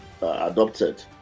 adopted